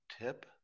tip